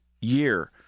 year